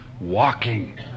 walking